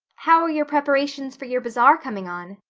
how are your preparations for your bazaar coming on?